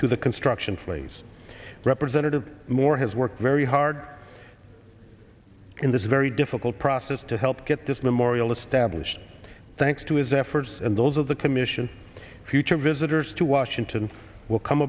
to the construction flees representative moore has worked very hard in this very difficult process to help get this memorial established thanks to his efforts and those of the commission future visitors to washington will come